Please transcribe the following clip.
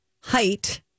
height